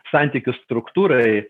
santykių struktūrai